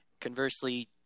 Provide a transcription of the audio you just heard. conversely